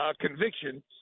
conviction